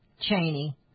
Cheney